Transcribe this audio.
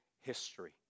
history